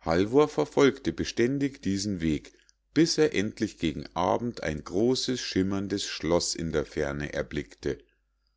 halvor verfolgte beständig diesen weg bis er endlich gegen abend ein großes schimmerndes schloß in der ferne erblickte